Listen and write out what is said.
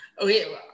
Okay